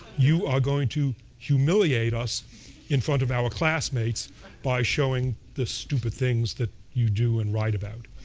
you are going to humiliate us in front of our classmates by showing the stupid things that you do and write about.